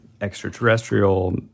extraterrestrial